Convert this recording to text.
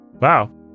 Wow